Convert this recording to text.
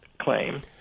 claim